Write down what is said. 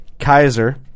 Kaiser